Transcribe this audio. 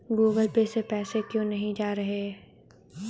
Google Pay से पैसा क्यों नहीं जा रहा है?